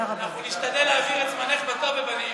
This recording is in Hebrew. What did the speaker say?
נשתדל להעביר את זמנך בטוב ובנעימים.